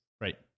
right